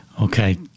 Okay